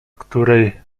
której